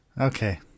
Okay